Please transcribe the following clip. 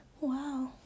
Wow